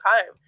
time